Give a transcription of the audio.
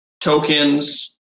tokens